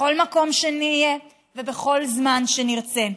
בכל מקום שנהיה ובכל זמן שנרצה.